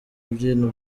ibintu